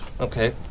Okay